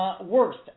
Worst